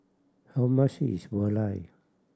how much is valai